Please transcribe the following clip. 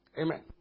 Amen